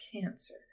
Cancer